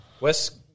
West